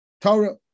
Torah